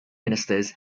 ministers